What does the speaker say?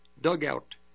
dugout